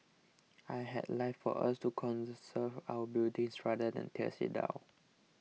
I had like for us to conserve our buildings rather than tears it down